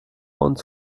uns